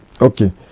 okay